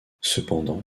cependant